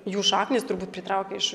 jų šaknys turbūt pritraukia iš